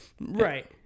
Right